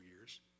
years